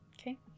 Okay